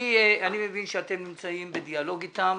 אני מבין שאתם נמצאים בדיאלוג איתם,